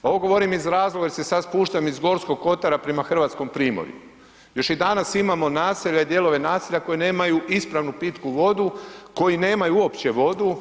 Ovo govorim iz razloga jer se sada spuštam iz Gorskog kotara prema Hrvatskom primorju, još i danas imamo naselja i dijelove naselja koja nemaju ispravnu pitku vodu, koji nemaju uopće vodu.